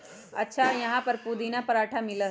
अच्छा यहाँ पर पुदीना पराठा मिला हई?